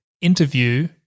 interview